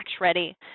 ready